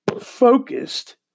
focused